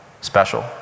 special